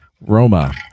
Roma